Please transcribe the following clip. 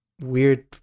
weird